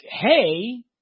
hey